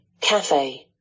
Cafe